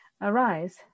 Arise